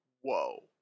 whoa